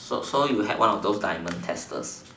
so so you had one of those diamond testers